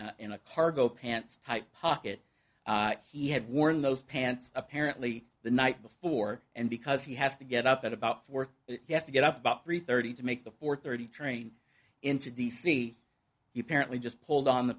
in in a cargo pants type pocket he had worn those pants apparently the night before and because he has to get up at about four you have to get up about three thirty to make the four thirty train into d c you parents just pulled on the